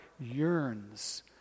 yearns